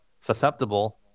susceptible